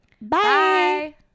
Bye